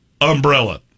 umbrella